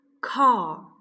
car